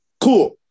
Cool